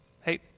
Hey